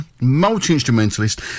multi-instrumentalist